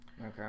okay